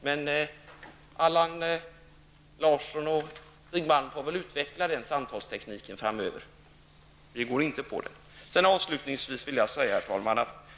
Men Allan Larsson och Stig Malm får väl utveckla den samtalstekniken framöver. Vi går inte på den. Herr talman!